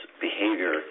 behavior